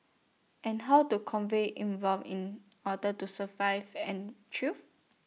and how to convey evolve in order to survive and thrive